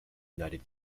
united